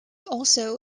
also